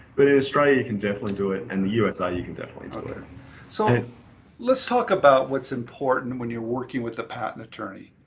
but in australia you can definitely do it and the usa you can definitely it. so let's talk about what's important when you're working with a patent attorney.